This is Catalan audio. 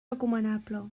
recomanable